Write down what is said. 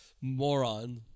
Moron